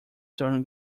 turn